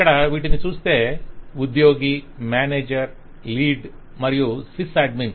ఇక్కడ వీటిని చూస్తే ఉద్యోగి మేనేజర్ లీడ్ మరియు సిస్ అడ్మిన్